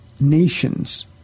nations